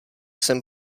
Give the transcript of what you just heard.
jsem